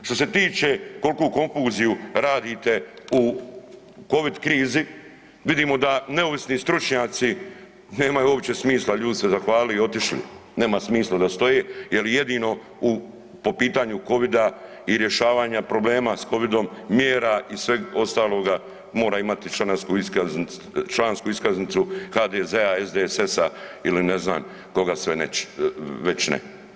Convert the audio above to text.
Što se tiče kolku konfuziju radite u covid krizi, vidimo da neovisni stručnjaci nemaju uopće smisla, ljudi se zahvalili i otišli, nema smisla da stoje jel jedino u, po pitanju covida i rješavanja problema s covidom, mjera i sveg ostaloga mora imati članarsku iskaznicu, člansku iskaznicu HDZ-a, SSDS-a ili ne znam koga sve već ne.